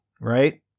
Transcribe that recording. right